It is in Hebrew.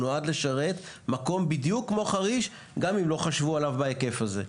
הוא נועד לשרת מקום בדיוק כמו חריש גם אם לא חשבו עליו בהיקף הזה.